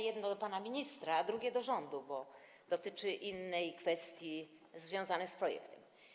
Jedno jest do pana ministra, a drugie - do rządu, bo dotyczy innej kwestii związanej z projektem.